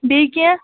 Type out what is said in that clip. بیٚیہِ کیٚنٛہہ